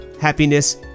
happiness